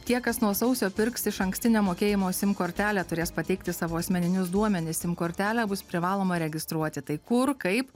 tie kas nuo sausio pirks išankstinio mokėjimo sim kortelę turės pateikti savo asmeninius duomenis sim kortelę bus privaloma registruoti tai kur kaip